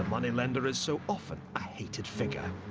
ah moneylender is so often a hated figure.